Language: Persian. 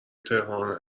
تهران